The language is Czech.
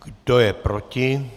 Kdo je proti?